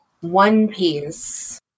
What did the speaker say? one-piece